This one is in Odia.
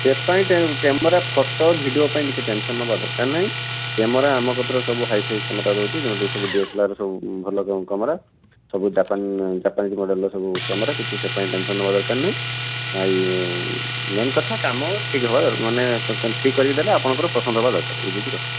ସେପାଇଁ କ୍ୟାମେରା ଫଟୋ ଭିଡ଼ିଓ ପାଇଁ କିଛି ଟେନସନ୍ ନେବା ଦରକାର ନାହିଁ କ୍ୟାମେରା ଆମ କତିରେ ସବୁ ହାଇ୍ଫାଇ୍ କ୍ୟାମେରା ରହୁଛି ଯେଉଁଥିରେ ସବୁ ଡିଏସଏଲ୍ଆର୍ ସବୁ ଭଲ କ୍ୟାମେରା ସବୁ ଜାପାନ ଜାପାନିଜ୍ ମଡ଼େଲର ସବୁ କ୍ୟାମେରା କିଛି ସେପାଇଁ ଟେନସନ୍ ନେବା ଦରକାର ନାହିଁ ଆଉ ମେନ୍ କଥା କାମ ଠିକ୍ ହେବା ମାନେ ଠିକ୍ କରିକି ଦେଲେ ଆପଣଙ୍କର ପସନ୍ଦ ହେବା ଦରକାର ଏଇ ହେଉଛି କଥା